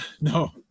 No